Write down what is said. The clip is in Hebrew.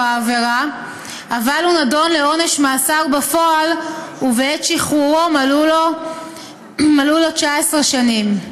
העבירה אבל הוא נידון לעונש מאסר בפועל ובעת שחרורו מלאו לו 19 שנים.